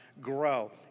grow